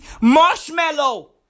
Marshmallow